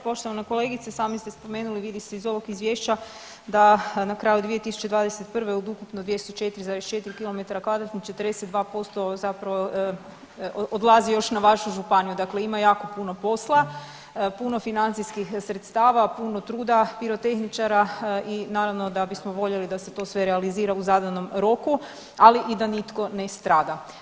Poštovana kolegice, sami ste spomenuli vidi se iz ovog izvješća da na kraju 2021. od ukupno 204,4 km2 42% zapravo odlazi još na vašu županiju, dakle ima jako puno posla, puno financijskih sredstava, puno truda, pirotehničara i naravno da bismo voljeli da se sve to realizira u zadanom roku, ali i da nitko ne strada.